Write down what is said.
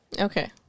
Okay